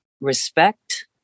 respect